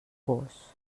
gos